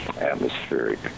atmospheric